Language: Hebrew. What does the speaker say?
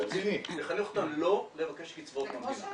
אנחנו רוצים לחנך אותם לא לבקש קצבאות מהמדינה.